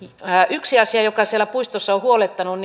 yksi asia joka siellä puistossa on huolettanut